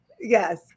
Yes